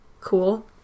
cool